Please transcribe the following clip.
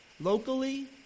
locally